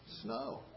snow